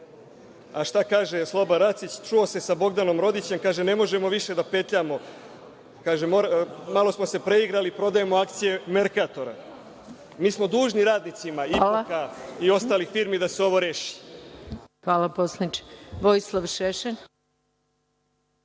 A šta kaže Sloba Racić? Čuo se sa Bogdanom Rodićem i kaže – ne možemo više da petljamo, malo smo se preigrali, prodajemo akcije „Merkatora“. Mi smo dužni radnicima IPOK-a i ostalih firmi da se ovo reši. **Maja Gojković** Hvala,